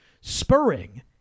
spurring